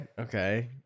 okay